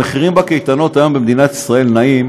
המחירים בקייטנות היום במדינת ישראל נעים